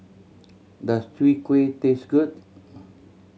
does Chwee Kueh taste good